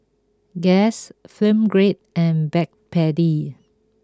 Guess Film Grade and Backpedic